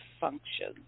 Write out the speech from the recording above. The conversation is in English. functions